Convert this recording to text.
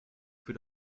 für